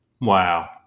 Wow